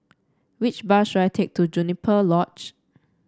which bus should I take to Juniper Lodge